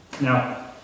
Now